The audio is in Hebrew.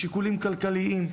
משיקולים כלכליים.